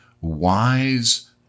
wise